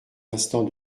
instant